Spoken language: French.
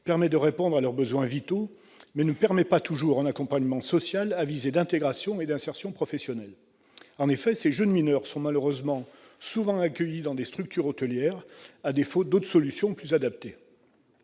permet de répondre à leurs besoins vitaux, mais ne favorise pas toujours un accompagnement social à visée d'intégration et d'insertion professionnelle. En effet, ces jeunes mineurs sont malheureusement souvent accueillis dans des structures hôtelières, à défaut d'autres solutions plus adaptées.